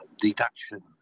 deduction